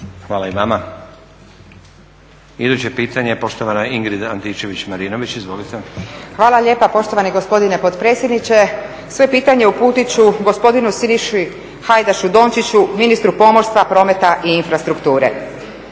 Hvala i vama. Iduće pitanje, poštovana Ingrid Antičević-Marinović. Izvolite. **Antičević Marinović, Ingrid (SDP)** Hvala lijepa poštovani gospodine potpredsjedniče. Svoje pitanje uputit ću gospodinu Siniši Hajdašu Dončiću, ministru pomorstva, prometa i infrastrukture.